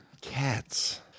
Cats